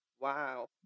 Wow